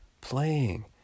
playing